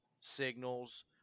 signals